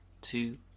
two